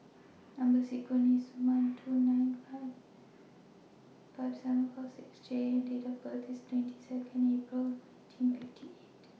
Number sequence IS S one two nine five seven four six J and Date of birth IS twenty Second April nineteen fifty eight